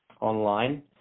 online